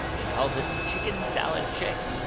she calls it chicken salad chick